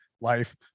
life